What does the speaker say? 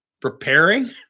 preparing